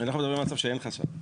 אנחנו מדברים על מצב שאין חשד.